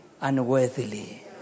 unworthily